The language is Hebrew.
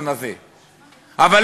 היות שדיברו על זה.